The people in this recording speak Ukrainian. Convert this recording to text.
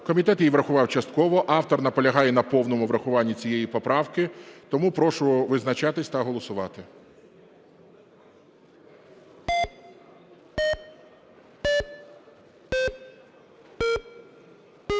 Комітет її врахував частково. Автор наполягає на повному врахуванні цієї поправки, тому прошу визначатися та голосувати.